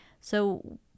so-